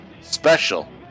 Special